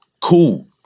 Cool